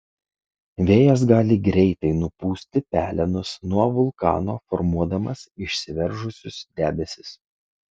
vėjas gali greitai nupūsti pelenus nuo vulkano formuodamas išsiveržusius debesis